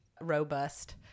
robust